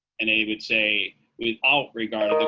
and they would say without regard owen